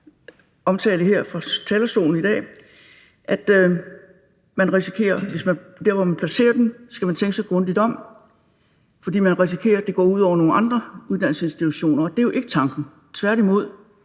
omtalt her fra talerstolen i dag, er helt uacceptabelt. I diskussionen om, hvor man skal placere den, skal man tænke sig grundigt om, fordi man risikerer, at det går ud over nogle andre uddannelsesinstitutioner, og det er jo ikke tanken; tværtimod,